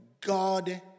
God